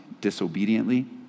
disobediently